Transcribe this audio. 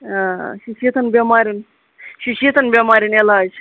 آ یہِ چھُ شیٖتن بیٚماریَن یہِ چھُ شیٖتن بیٚماریَن علاج